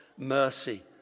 Mercy